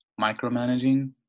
micromanaging